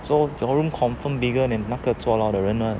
so your room confirm bigger than 那个坐牢的人们 [what]